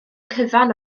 cyfan